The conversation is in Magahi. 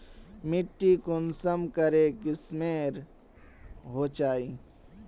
माटी कुंसम करे किस्मेर होचए?